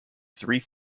three